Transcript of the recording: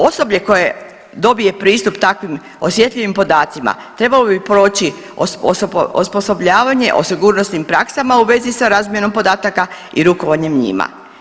Osoblje koje dobije pristup takvim osjetljivim podacima trebalo bi proći osposobljavanje o sigurnosnim praksama u vezi sa razmjenom podataka i rukovanjem njima.